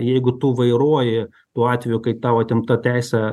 jeigu tu vairuoji tuo atveju kai tau atimta teisė